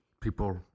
people